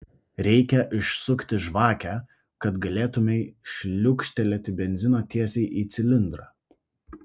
reikia išsukti žvakę kad galėtumei šliukštelėti benzino tiesiai į cilindrą